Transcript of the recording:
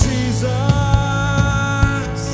Jesus